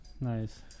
nice